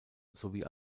sowie